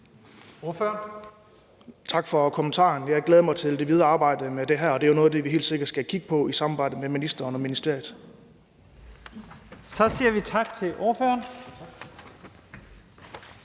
Tak for kommentaren. Jeg glæder mig til det videre arbejde med det her, og det er noget, vi helt sikkert skal kigge på i samarbejde med ministeren og ministeriet. Kl. 15:48 Første næstformand